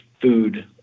food